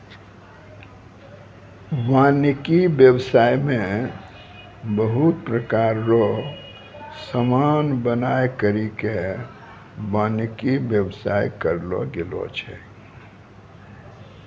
वानिकी व्याबसाय मे बहुत प्रकार रो समान बनाय करि के वानिकी व्याबसाय करलो गेलो छै